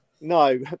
No